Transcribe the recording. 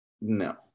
No